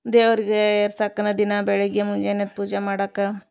ದೇವರಿಗೆ ಏರಿಸಕ್ನ ದಿನ ಬೆಳಗ್ಗೆ ಮುಂಜಾನೆದು ಪೂಜೆ ಮಾಡಕ್ಕ